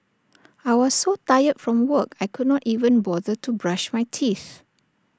I was so tired from work I could not even bother to brush my teeth